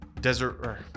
desert